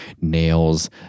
nails